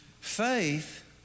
Faith